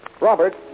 Robert